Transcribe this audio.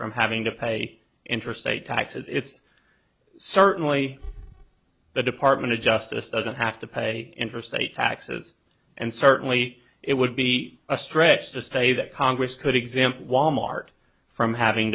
from having to pay interest a tax it's certainly the department of justice doesn't have to pay interstate taxes and certainly it would be a stretch to say that congress could exempt wal mart from having